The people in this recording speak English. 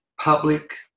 public